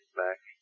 back